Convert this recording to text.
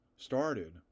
started